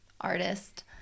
artist